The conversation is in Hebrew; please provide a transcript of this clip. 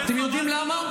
אתם יודעים למה?